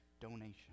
donation